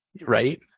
Right